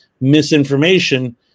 misinformation